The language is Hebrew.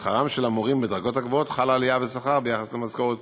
בשכרם של המורים בדרגות הגבוהות חלה עלייה בשכר ביחס למשכורת